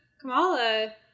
Kamala